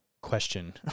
question